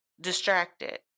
distracted